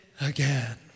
again